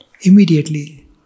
immediately